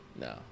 No